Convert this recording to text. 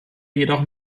jedoch